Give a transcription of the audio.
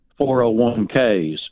401Ks